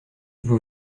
vous